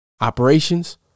operations